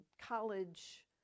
college